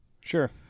Sure